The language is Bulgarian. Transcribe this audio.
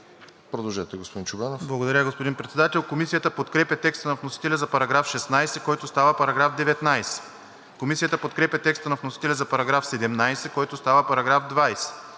Продължете, господин Чобанов.